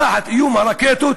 תחת איום הרקטות